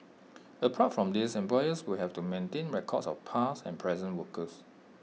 apart from these employers will have to maintain records of all past and present workers